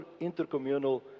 intercommunal